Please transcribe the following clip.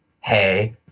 hey